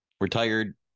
retired